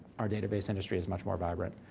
our database industry is much more vibrant.